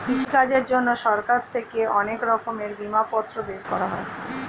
কৃষিকাজের জন্যে সরকার থেকে অনেক রকমের বিমাপত্র বের করা হয়